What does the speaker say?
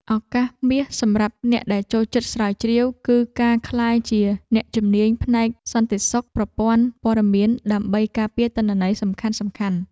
ឱកាសមាសសម្រាប់អ្នកដែលចូលចិត្តស្រាវជ្រាវ គឺការក្លាយជាអ្នកជំនាញផ្នែកសន្តិសុខប្រព័ន្ធព័ត៌មានដើម្បីការពារទិន្នន័យសំខាន់ៗ។